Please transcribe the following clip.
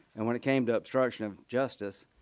and when it came to obstruction of justice,